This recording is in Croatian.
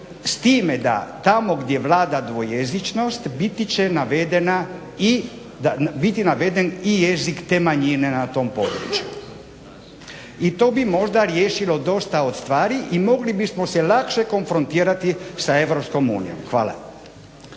s time da tamo gdje Vlada dvojezičnost biti naveden i jezik te manjine na tom području. I to bi možda riješilo dosta od stvari i mogli bismo se lakše konfrontirati sa Europskom unijom. Hvala.